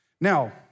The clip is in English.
Now